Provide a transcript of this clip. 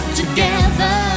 together